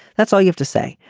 that's all you have to say.